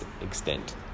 extent